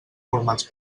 formats